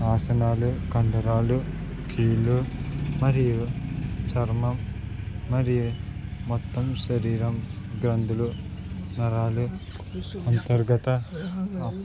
ఆసనాలు కండరాలు కీళ్లు మరియు చర్మం మరియు మొత్తం శరీరం గ్రంథులు నరాలు అంతర్గత